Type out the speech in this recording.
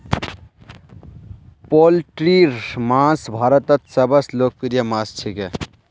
पोल्ट्रीर मांस भारतत सबस लोकप्रिय मांस छिके